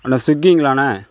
அண்ணா ஸ்விகிங்களாணா